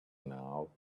now